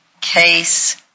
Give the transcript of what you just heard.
case